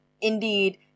indeed